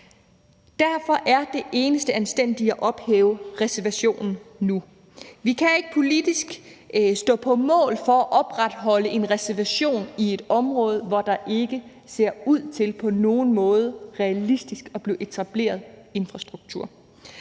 Derfor er det eneste anstændige at ophæve reservationen nu. Vi kan ikke politisk stå på mål for at opretholde en reservation i et område, hvor der ikke på nogen realistisk måde ser ud til at blive etableret infrastruktur.